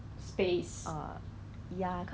actually where on Shopee to find masks